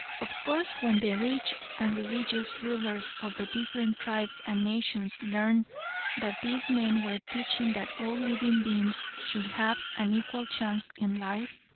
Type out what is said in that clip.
of course when the rich and religious rulers of the different tribes and nations learned that these men were teaching that all living beings should have an equal chance in life,